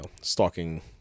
stalking